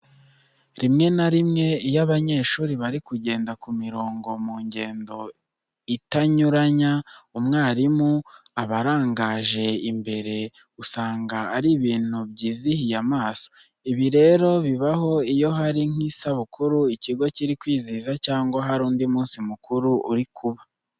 Rimwe na rimwe iyo abanyeshuri bari kugenda ku mirongo, mu ngendo itanyuranya, umwarimu abarangaje imbere usanga ari ibintu byizihiye amaso. Ibi rero bibaho iyo hari nk'isabukuru ikigo kiri kwizihiza cyangwa hari undi munsi mukuru uri kuba.